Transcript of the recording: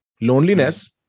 Loneliness